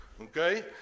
Okay